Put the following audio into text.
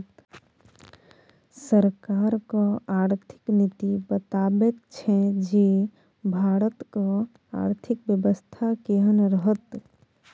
सरकारक आर्थिक नीति बताबैत छै जे भारतक आर्थिक बेबस्था केहन रहत